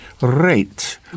Rate